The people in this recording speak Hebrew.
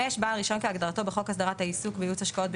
בעל רישיון כהגדרתו בחוק הסדרת העיסוק בייעוץ השקעות,